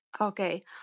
Okay